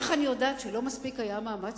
איך אני יודעת שלא מספיק היה מאמץ?